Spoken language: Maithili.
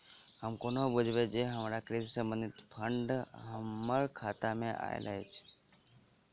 हम कोना बुझबै जे हमरा कृषि संबंधित फंड हम्मर खाता मे आइल अछि?